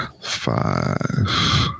five